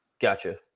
Gotcha